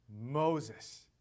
Moses